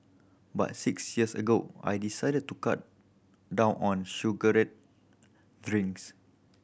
but six years ago I decided to cut down on sugared drinks